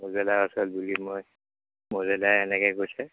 মৌজাদাৰ ওচৰত বুলি মই মৌজাদাৰে এনেকৈ কৈছে